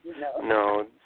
No